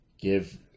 give